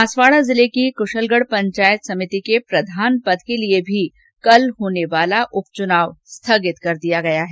बांसवाड़ा जिले की क्शलगढ पंचायत समिति के प्रधान पद के लिए भी कल होने वाला उपच्नाव स्थगित कर दिया गया है